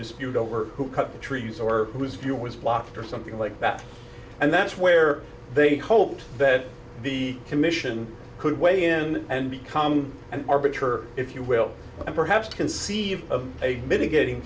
dispute over who cut the trees or whose view was blocked or something like that and that's where they hoped that the commission could weigh in and become an arbiter if you will ever apps to conceive of a mitigating